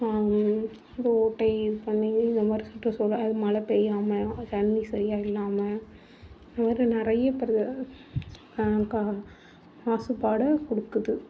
இந்த ஓட்டை இது பண்ணியும் இந்தமாதிரி சுற்றுசூழலில் மழை பெய்யாமல் தண்ணி சரியாக இல்லாமல் இதுமாதிரி நிறைய இப்போ மாசுபாடை கொடுக்குது